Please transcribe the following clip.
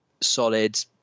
solid